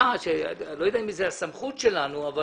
אני לא יודע אם זאת הסמכות שלנו אבל